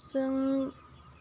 जों